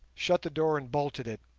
shut the door, and bolted it.